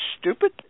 stupid